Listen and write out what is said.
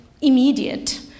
immediate